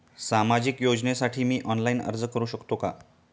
सामाजिक योजनेसाठी मी ऑनलाइन अर्ज करू शकतो का?